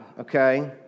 okay